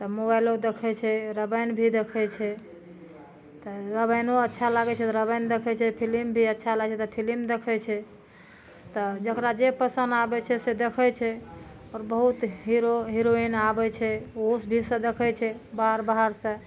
तऽ मोबाइलो देखै छै रामायण भी देखै छै तऽ रामायण अच्छा लागै छै तऽ रामायण देखै छै फिलिम भी अच्छा लागै छै तऽ फिलिम देखै छै तऽ जेकरा जे पसन्द आबै छै से देखै छै आओर बहुत हीरो हिरोइन आबै छै ओ भी सएह देखै छै बाहर बाहर सऽ